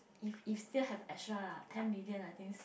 if if still have extra lah ten million I think s~